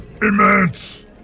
Immense